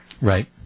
Right